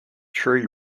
tree